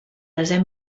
desè